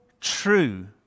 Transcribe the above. true